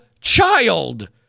child